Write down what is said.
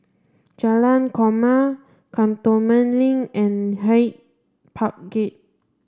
Jalan Korma Cantonment Link and Hyde Park Gate